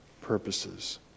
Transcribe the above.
purposes